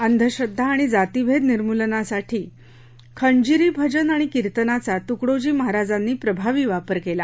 अंधश्रद्वा आणि जातिभेद निर्मूलनासाठी खंजिरी भजन आणि कीर्तनाचा तुकडोजी महाराजांनी प्रभावी वापर केला